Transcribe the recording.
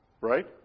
Right